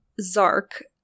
zark